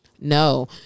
No